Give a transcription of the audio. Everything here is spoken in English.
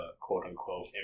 quote-unquote